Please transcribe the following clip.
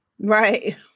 right